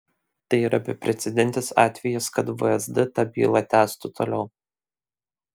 tai yra beprecedentis atvejis kad vsd tą bylą tęstų toliau